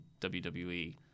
WWE